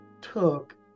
took